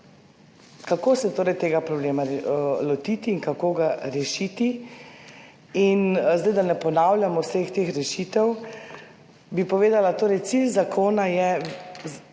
kako se tega problema lotiti in kako ga rešiti. In zdaj, da ne ponavljam vseh teh rešitev, bi povedala, da je cilj zakona